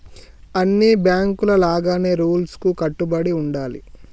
అన్ని బాంకుల లాగానే రూల్స్ కు కట్టుబడి ఉండాలి